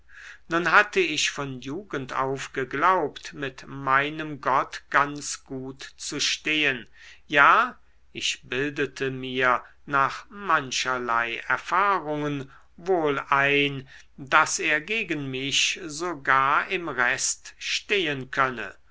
nun hatte ich von jugend auf geglaubt mit meinem gott ganz gut zu stehen ja ich bildete mir nach mancherlei erfahrungen wohl ein daß er gegen mich sogar im rest stehen könne